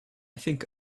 think